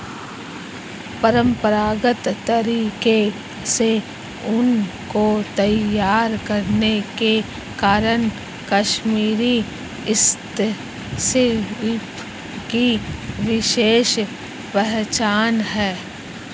परम्परागत तरीके से ऊन को तैयार करने के कारण कश्मीरी हस्तशिल्प की विशेष पहचान है